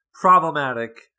problematic